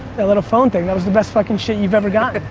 that little phone thing. that was the best fucking shit you've ever done.